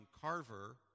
Carver